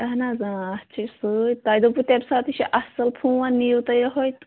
اَہَن حظ آ اَتھ چھِ سۭتۍ تۄہہِ دوٚپوٕ تَمہِ ساتہٕ یہِ چھُ اَصٕل فون نِیِو تُہۍ یہَے تہٕ